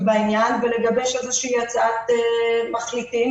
בעניין ולגבש איזו שהיא הצעת מחליטים.